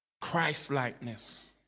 Christlikeness